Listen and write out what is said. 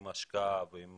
עם השקעה ועם